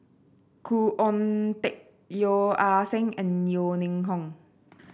Khoo Oon Teik Yeo Ah Seng and Yeo Ning Hong